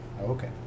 Okay